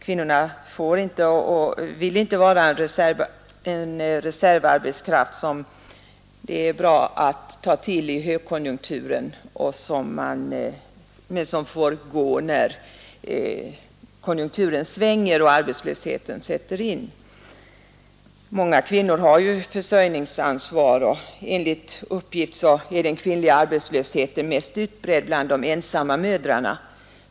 Kvinnorna får inte och vill inte vara en reservarbetskraft, som det är bra att ta till i högkonjunkturen men som får gå när konjunkturen svänger och arbetslösheten sätter in. Många kvinnor har ju försörjningsansvar, och enligt uppgift är den kvinnliga arbetslösheten mest utbredd bland de ensamma mödrarna.